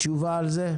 יש תשובה על זה?